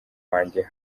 wanjye